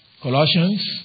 Colossians